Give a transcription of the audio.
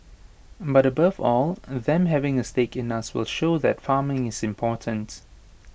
but above all them having A stake in us will show that farming is important